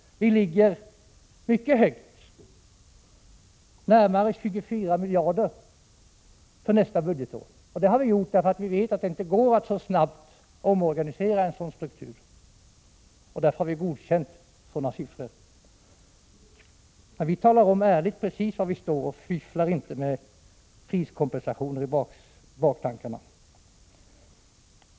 Vi ligger mycket högt — närmare 24 miljarder — för nästa budgetår. Vi vet att det inte går att snabbt omorganisera en sådan struktur. Därför har vi godkänt dessa belopp. Men vi talar ärligt om precis var vi står och har inga baktankar på några priskompensationer.